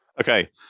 Okay